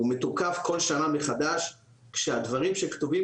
הוא מתוקף כל שנה מחדש כשהדברים שכתובים